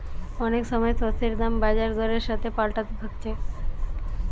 অনেক সময় শস্যের দাম বাজার দরের সাথে পাল্টাতে থাকছে